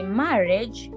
marriage